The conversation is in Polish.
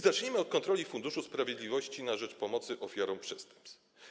Zacznijmy od kontroli Funduszu Sprawiedliwości działającego na rzecz pomocy ofiarom przestępstw.